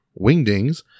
Wingdings